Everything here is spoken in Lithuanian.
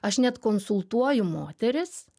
aš net konsultuoju moteris